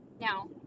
Now